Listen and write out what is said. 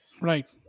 Right